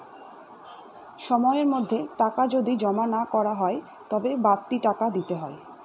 সময়ের মধ্যে টাকা যদি জমা না করা হয় তবে বাড়তি টাকা দিতে হয়